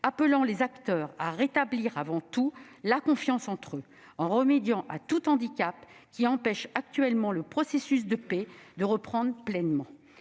appelant les acteurs à rétablir avant tout la confiance entre eux, en remédiant à tout handicap qui empêche actuellement le processus de paix de reprendre pleinement.